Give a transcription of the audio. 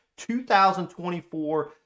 2024